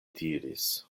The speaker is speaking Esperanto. diris